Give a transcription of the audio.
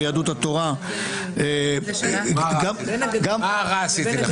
ביהדות התורה -- מה רע עשיתי לך?